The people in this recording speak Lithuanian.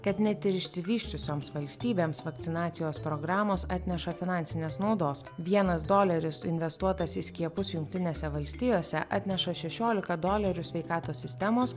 kad net ir išsivysčiusioms valstybėms vakcinacijos programos atneša finansinės naudos vienas doleris investuotas į skiepus jungtinėse valstijose atneša šešiolika dolerių sveikatos sistemos